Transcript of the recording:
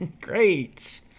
Great